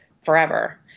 forever